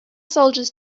soldiers